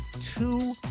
two